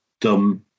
dumb